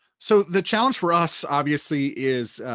so the challenge for us, obviously, is